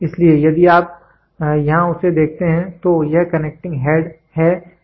इसलिए यदि आप यहां उसे देखते हैं तो यह कनेक्टिंग हेड है कनेक्टिंग हेड से फिटिंग तक